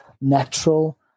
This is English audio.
natural